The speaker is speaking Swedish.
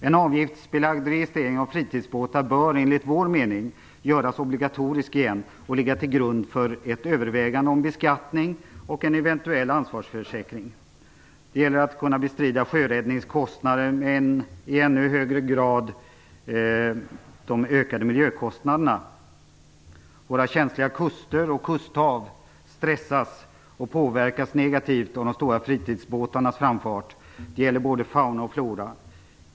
En avgiftsbelagd registrering av fritidsbåtar bör, enligt vår mening, göras obligatorisk igen och ligga till grund för ett övervägande om beskattning och en eventuell ansvarsförsäkring. Det gäller att kunna bestrida sjöräddningens kostnader, men i ännu högre grad de ökade miljökostnaderna. Våra känsliga kuster och kusthav stressas och påverkas negativt av de stora fritidsbåtarnas framfart. Det gäller både fauna och flora.